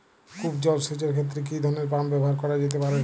কূপ জলসেচ এর ক্ষেত্রে কি ধরনের পাম্প ব্যবহার করা যেতে পারে?